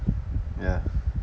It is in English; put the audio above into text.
ya